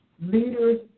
Leaders